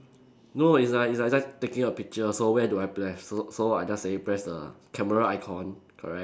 no it's like it's like it's like taking a picture so where do I press so so I say just say press the camera icon correct